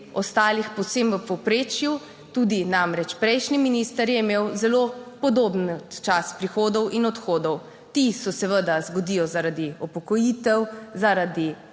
ostalih povsem v povprečju tudi, namreč prejšnji minister je imel zelo podoben čas prihodov in odhodov. Ti se seveda zgodijo zaradi upokojitev, zaradi